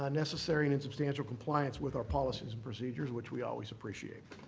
ah necessary and in substantial compliance with our policies and procedures, which we always appreciate.